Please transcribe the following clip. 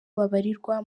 babarirwa